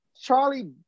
Charlie